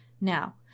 Now